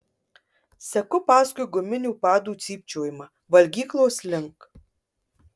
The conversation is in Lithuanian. seku paskui guminių padų cypčiojimą valgyklos link